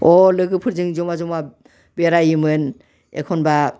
अ लोगोफोरजों जमा जमा बेरायोमोन एखनब्ला